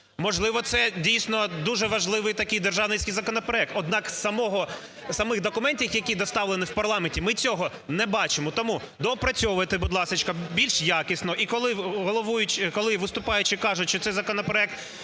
Можливо, це, дійсно, дуже важливий такий державницький законопроект. Однак з самих документів, які доставлені в парламент, ми цього не бачимо. Тому доопрацьовуйте, будь ласка, більш якісно. І коли виступаючі кажуть, що цей законопроект